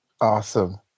Awesome